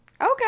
Okay